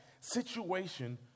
situation